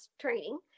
training